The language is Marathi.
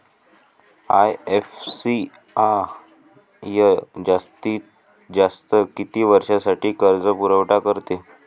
आय.एफ.सी.आय जास्तीत जास्त किती वर्षासाठी कर्जपुरवठा करते?